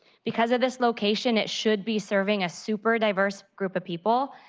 because of this location it should be serving a super diverse group of people.